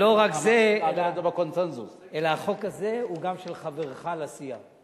לא רק זה, אלא החוק הזה הוא גם של חברך לסיעה.